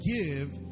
give